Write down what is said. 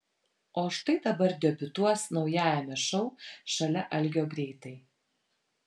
o štai dabar debiutuos naujajame šou šalia algio greitai